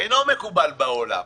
אינו מקובל בעולם.